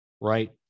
right